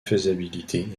faisabilité